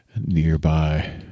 nearby